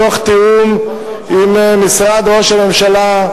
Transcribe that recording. תוך תיאום עם משרד ראש הממשלה,